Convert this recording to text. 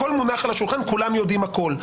הכול מונח על השולחן, כולם יודעים הכול.